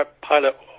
pilot